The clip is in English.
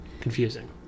Confusing